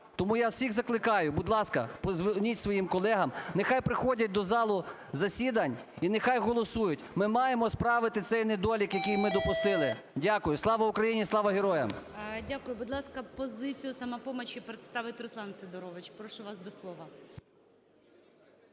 Тому я всіх закликаю, будь ласка, подзвоніть своїм колегам, нехай приходять до залу засідань і нехай голосують. Ми маємо справити цей недолік, який ми допустили. Дякую. Слава Україні! Слава героям! ГОЛОВУЮЧИЙ. Дякую. Будь ласка, позицію "Самопомочі" представить Руслан Сидорович. Прошу вас до слова.